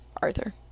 Arthur